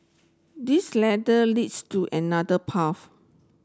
this ladder leads to another path